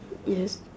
yes